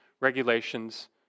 regulations